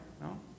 No